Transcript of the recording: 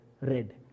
red